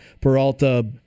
Peralta